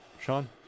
Sean